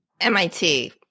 MIT